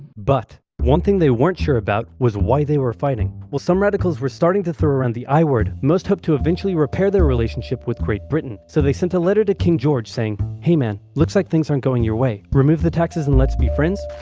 but, one thing they weren't sure about, was why they were fighting. well som e radicals were starting to throw around the i word, most hope to eventually repair their relationship with great britain. so they sent a letter to king george saying hey man, looks like things aren't going your way. remove the taxes and let's be friends?